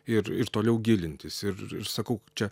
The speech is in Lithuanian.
ir ir toliau gilintis ir ir sakau čia